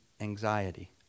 anxiety